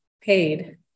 paid